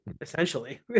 essentially